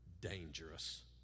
dangerous